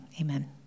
Amen